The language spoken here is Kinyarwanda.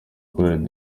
chorale